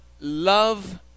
love